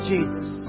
Jesus